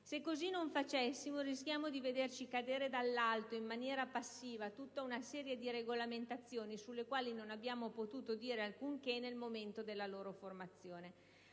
Se così non facessimo, rischieremmo di vederci "cadere dall'alto", in maniera passiva, tutta una serie di regolamentazioni sulle quali non abbiamo potuto dire alcunché nel momento della loro formazione.